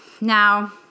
Now